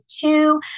two